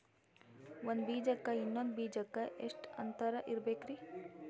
ಒಂದ್ ಬೀಜಕ್ಕ ಇನ್ನೊಂದು ಬೀಜಕ್ಕ ಎಷ್ಟ್ ಅಂತರ ಇರಬೇಕ್ರಿ?